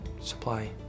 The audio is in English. supply